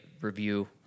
review